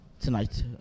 Tonight